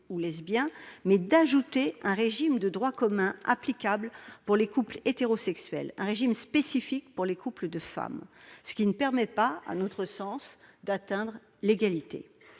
de l'AMP, mais d'ajouter au régime de droit commun applicable aux couples hétérosexuels un régime spécifique pour les couples de femmes, ce qui ne permet pas, à notre sens, d'atteindre l'égalité.